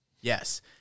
Yes